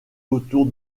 autour